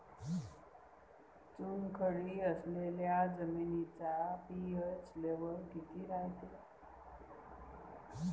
चुनखडी असलेल्या जमिनीचा पी.एच लेव्हल किती रायते?